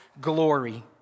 glory